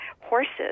horses